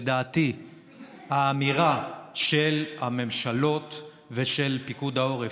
לדעתי האמירה של הממשלות ושל פיקוד העורף,